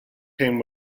came